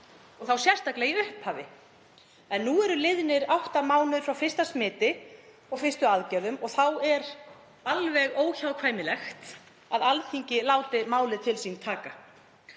og þá sérstaklega í upphafi. En nú eru liðnir átta mánuðir frá fyrsta smiti og fyrstu aðgerðum og þá er óhjákvæmilegt að Alþingi láti málið til sín taka.